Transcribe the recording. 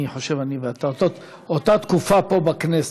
אני חושב שאני ואתה אותה תקופה פה, בכנסת,